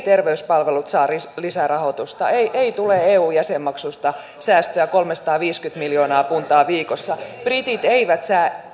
terveyspalvelut saa lisärahoitusta ei ei tule eu jäsenmaksuista säästöä kolmesataaviisikymmentä miljoonaa puntaa viikossa britit eivät